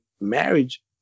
marriage